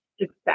success